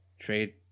trade